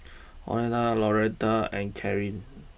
Oneta Loretta and Kareen